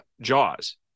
Jaws